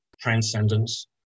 Transcendence